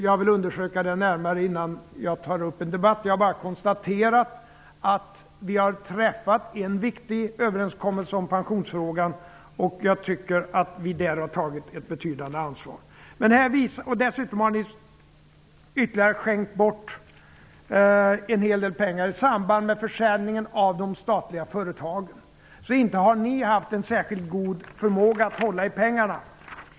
Jag vill undersöka det närmare innan jag tar upp en debatt. Jag har bara konstaterat att vi har träffat en viktig överenskommelse om pensionsfrågan, och jag tycker att vi där har tagit ett betydande ansvar. Dessutom har ni skänkt bort en hel del ytterligare pengar i samband med försäljningen av de statliga företagen. Inte har ni haft någon särskilt god förmåga att hålla i pengarna!